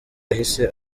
yahise